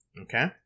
Okay